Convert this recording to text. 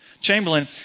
Chamberlain